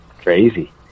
crazy